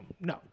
no